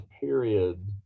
period